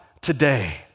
today